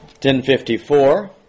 1054